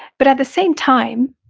but at the same time,